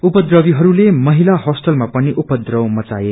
उपद्रवीहरूले महिला होस्टलामा पनि उपद्रव मच्चाए